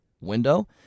window